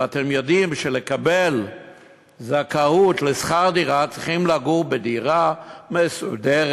ואתם יודעים שלקבל זכאות לשכר דירה צריכים לגור בדירה מסודרת,